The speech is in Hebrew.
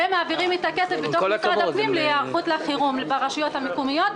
ומעבירים את הכסף במשרד הפנים להיערכות חירום ברשויות המקומיות,